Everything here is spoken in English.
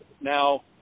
Now